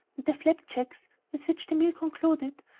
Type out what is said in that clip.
the flapjacks, with which the meal concluded,